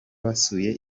basuye